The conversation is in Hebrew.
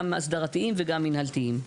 גם אסדרתיים וגם מנהלתיים.